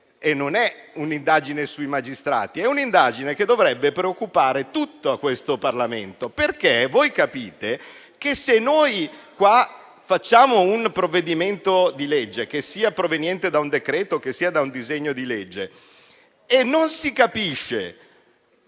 non è un'indagine sui magistrati, ma è un'indagine che dovrebbe preoccupare tutto questo Parlamento. Voi capite che, se noi facciamo un provvedimento di legge (che sia proveniente da un decreto o da un disegno di legge) e non si capisce